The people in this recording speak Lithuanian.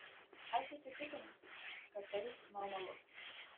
aš įsitikinusi kad tai normalu